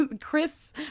Chris